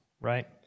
right